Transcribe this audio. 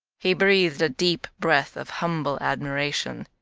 he breathed a deep breath of humble admiration.